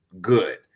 good